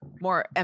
more